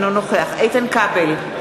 אינו נוכח איתן כבל,